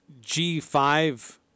G5